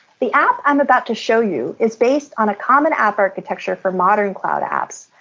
the app i'm about to show you is based on a common app architecture for modern cloud apps.